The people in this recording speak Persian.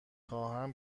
خواهم